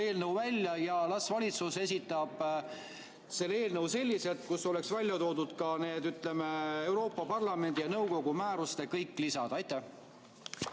eelnõu välja ja las valitsus esitab selle eelnõu selliselt, et oleks välja toodud ka kõik need Euroopa Parlamendi ja nõukogu määruste lisad. Jah,